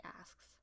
asks